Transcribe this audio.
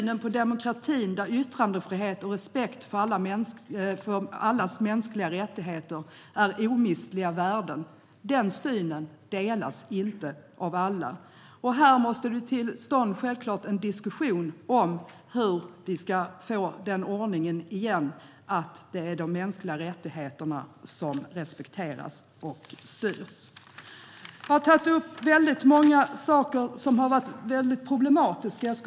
Vår syn på demokrati, där yttrandefrihet och respekt för allas mänskliga rättigheter är omistliga värden, delas inte av alla. Här måste vi få till stånd en diskussion om hur EU ska få tillbaka ordningen där de mänskliga rättigheterna respekteras och styr. Jag har tagit upp många problematiska saker.